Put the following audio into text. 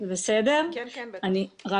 מה שלומכם?